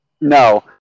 No